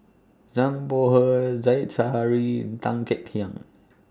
Zhang Bohe Said Zahari Tan Kek Hiang